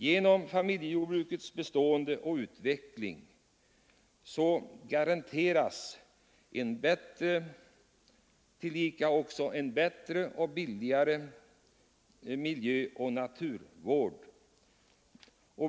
Genom familjejordbrukets bestånd och utveckling garanteras tillika en bättre och billigare miljöoch naturvård.